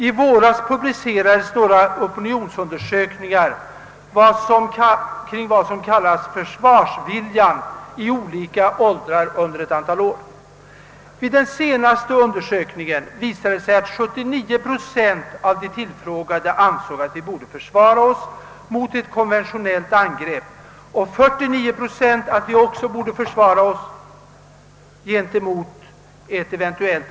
I våras publicerades några undersökningar angående försvarsviljan i olika åldrar. Undersökningen omspände ett antal år, och vid den senaste undersökningen visade det sig att 79 procent av de tillfrågade ansåg att vi borde försvara oss mot ett konventionellt angrepp och att 49 procent ansåg att vi även borde försvara oss emot ett atomangrepp.